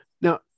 Now